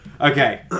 Okay